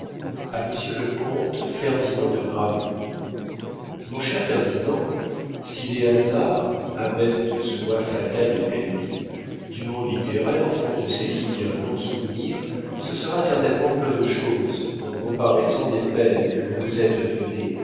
a monsieur le comte ferdinand de gramont mon cher ferdinand si les hasards habent sua fata libelli du monde littéraire font de ces lignes un long souvenir ce sera certainement peu de chose en comparaison des peines que vous vous êtes données